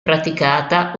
praticata